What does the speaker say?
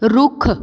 ਰੁੱਖ